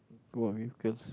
go out with girls